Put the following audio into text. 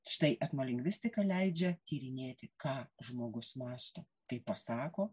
štai etnolingvistika leidžia tyrinėti ką žmogus mąsto kai pasako